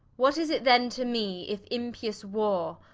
what is it then to me, if impious warre,